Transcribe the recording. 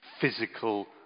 physical